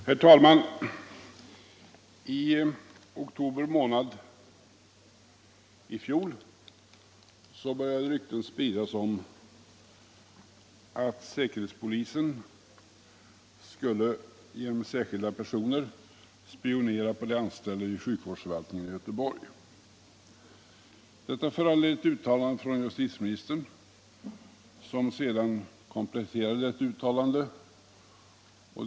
Herr talman! I oktober månad i fjol började rykten spridas om att säkerhetspolisen skulle — genom särskilda personer — spionera på de anställda vid sjukvårdsförvaltningen i Göteborg. Detta föranledde ett uttalande från justitieministern, som sedan kompletterade detta uttalande.